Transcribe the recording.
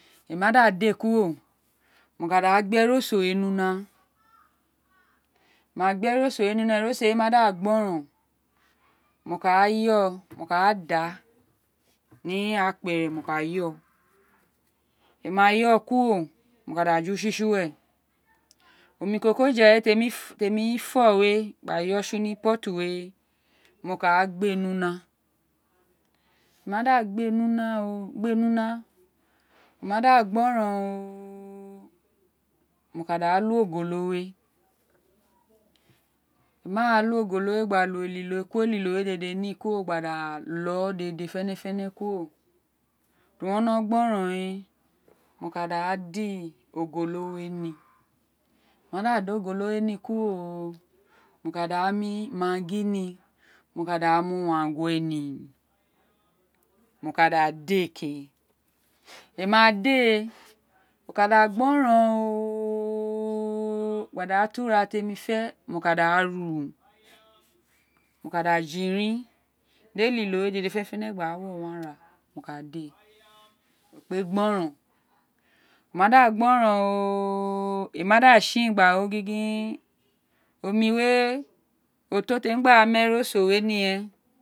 O ma daden kuro mo ka da gbe erọsọ we ní una ma gbi erọsọ we ni oma da gboron mo ka yo gba da ní akpere mo ka yo emí m̃a yo kuro mo ka da ju tsi ní uwe omi ikoko die lemi fo we ogba yo tsí ní pott we m̃o ka gbe ní una mo ma da gbe ni una odo gbe ní una o mí da gboron ooooo mõ ka da lo ogo lo we mo ma io ogolo gba ko elilo ko eli lo ní gbi da lo dede fénèfénè kuro tí wo ni gboron are mo ka da da ogolo ní mo ma da dí ogolo we ní kuro mo ka da mi maggi ní mo ka da mi uwangue ní mo ká dã diéé ke emi ma dí éè o ka da gboron oooooo gba da to ira temi fe mo ka da to ira temi fẽ mo ka da ru mo kạ da irin di elili gháàn dede fenefene gba wo wun ara o kpe gboron oma da gboron oooooo emí ma da tson gín gin omiwe oto té mí gba mí eroso we ní ren.